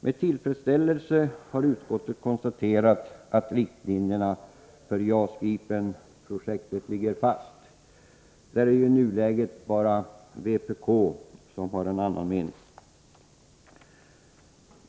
Med tillfredsställelse har utskottet konstaterat att riktlinjerna för JAS Gripen-projektet ligger fast. På den punkten är det i nuläget bara vpk som har en annan mening.